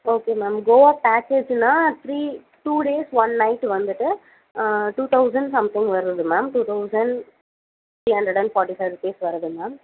okay ma'am Goa பேக்கேஜ்னா three two days one night வந்துட்டு uh two thousand something வருது ma'am two thousand three hundred and forty five rupees வருது ma'am